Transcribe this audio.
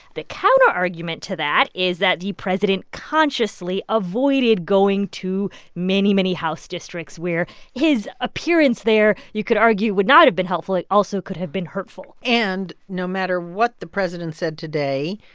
the counterargument to that is that the president consciously avoided going to many, many house districts where his appearance there, you could argue, would not have been helpful. it also could have been hurtful and no matter what the president said today,